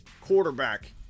quarterback